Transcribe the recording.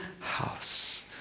House